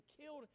killed